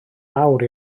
mawr